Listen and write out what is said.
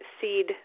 seed